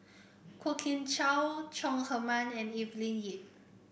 Kwok Kian Chow Chong Heman and Evelyn Lip